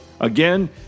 Again